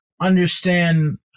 understand